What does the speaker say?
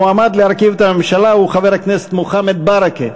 המועמד להרכיב את הממשלה הוא חבר הכנסת מוחמד ברכה.